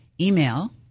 email